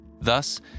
Thus